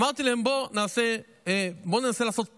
אמרתי להם: בוא ננסה לעשות פיילוט,